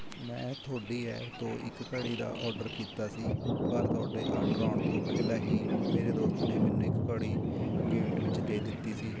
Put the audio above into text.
ਮੈਂ ਤੁਹਾਡੀ ਐਪ ਤੋਂ ਇੱਕ ਘੜੀ ਦਾ ਔਡਰ ਕੀਤਾ ਸੀ ਪਰ ਤੁਹਾਡੇ ਆਰਡਰ ਆਉਣ ਤੋਂ ਪਹਿਲਾਂ ਹੀ ਮੇਰੇ ਦੋਸਤ ਨੇ ਮੈਨੂੰ ਇੱਕ ਘੜੀ ਗਿਫ਼ਟ ਵਿੱਚ ਦੇ ਦਿੱਤੀ ਸੀ